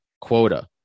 quota